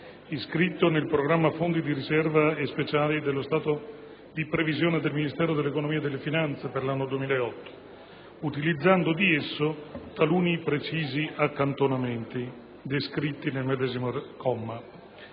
iscritto nel programma «Fondi di riserva e speciali» dello stato di previsione del Ministero dell'economia e delle finanze per l'anno 2008, utilizzando di esso taluni precisi accantonamenti descritti nel comma